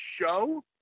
show